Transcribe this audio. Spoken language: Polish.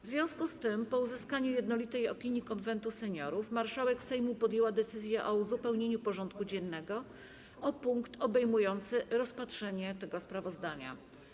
W związku z tym, po uzyskaniu jednolitej opinii Konwentu Seniorów, marszałek Sejmu podjęła decyzję o uzupełnieniu porządku dziennego o punkt obejmujący rozpatrzenie tego sprawozdania.